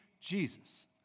Jesus